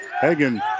Hagen